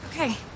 Okay